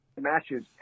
matches